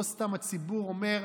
לא סתם הציבור אומר: